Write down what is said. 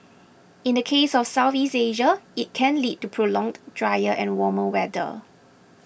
in the case of Southeast Asia it can lead to prolonged drier and warmer weather